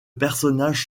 personnages